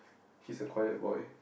he's a quiet boy